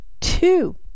two